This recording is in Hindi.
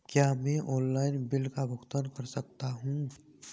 क्या मैं ऑनलाइन बिल का भुगतान कर सकता हूँ?